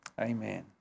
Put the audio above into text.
Amen